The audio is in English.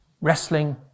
Wrestling